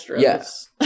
Yes